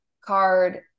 card